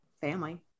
family